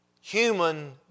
human